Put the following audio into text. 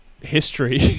history